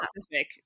specific